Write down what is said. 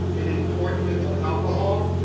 and enforcement of alcohol.